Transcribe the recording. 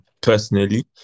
Personally